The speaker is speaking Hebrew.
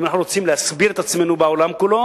אם אנחנו רוצים להסביר את עצמנו בעולם כולו